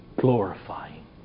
glorifying